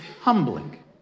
humbling